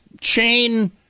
chain